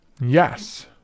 Yes